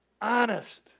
Honest